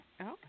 Okay